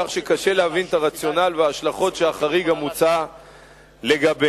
כך שקשה להבין את הרציונל וההשלכות שהחריג מוצע לגביהם.